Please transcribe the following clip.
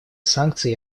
санкций